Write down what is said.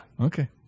Okay